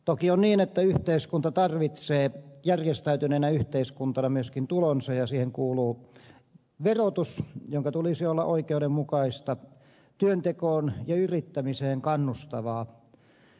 toki on niin että yhteiskunta tarvitsee järjestäytyneenä yhteiskuntana myöskin tulonsa ja siihen kuuluu verotus jonka tulisi olla oikeudenmukaista työntekoon ja yrittämiseen kannustavaa